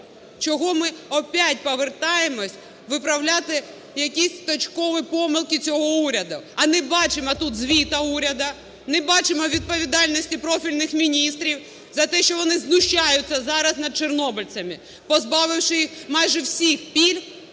Чого ми опять повертаємось виправляти якісь точкові помилки цього уряду, а не бачимо тут звіту уряду, не бачимо відповідальності профільних міністрів за те, що вони знущаються зараз над чорнобильцями, позбавивши їх майже всіх пільг,